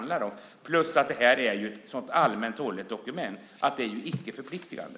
Dessutom är det ett så allmänt hållet dokument att det är icke-förpliktande.